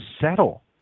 settle